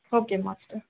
okay master